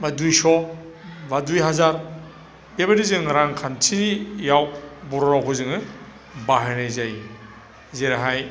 बा दुइस' बा दुइ हाजार बेबायदि जों रांखान्थियाव बर' रावखौ जोङो बाहायनाय जायो जेरैहाय